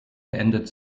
beendet